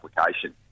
application